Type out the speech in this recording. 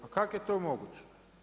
A kak' je to moguće?